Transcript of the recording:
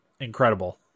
incredible